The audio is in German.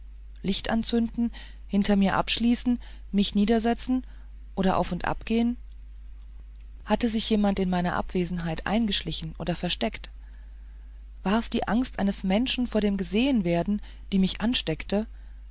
licht anzünden hinter mir abschließen mich niedersetzen oder auf und ab gehen hatte sich jemand in meiner abwesenheit eingeschlichen und versteckt war's die angst eines menschen vor dem gesehenwerden die mich ansteckte